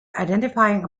identifying